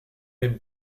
même